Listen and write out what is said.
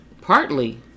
Partly